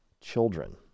children